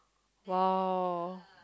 !wow!